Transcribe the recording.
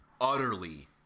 utterly